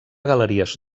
galeries